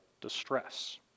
distress